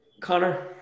Connor